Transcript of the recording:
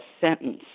sentence